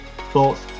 thoughts